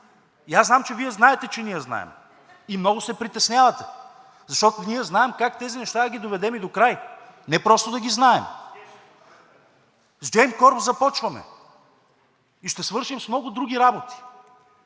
И аз знам, че Вие знаете, че ние знаем. И много се притеснявате. Защото ние знаем как тези неща да ги доведем и докрай, не просто да ги знаем. С Gemcorp започваме и ще свършим с много други работи,